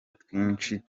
twinshi